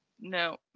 No